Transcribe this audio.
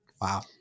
Wow